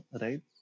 Right